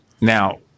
Now